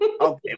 Okay